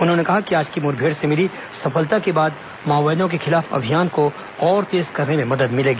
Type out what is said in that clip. उन्होंने कहा कि आज की मुठभेड़ में मिली सफलता के बाद माओवादियों के खिलाफ अभियान को और तेज करने में मदद मिलेगी